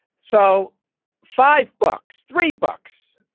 so five books, three books,